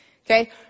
Okay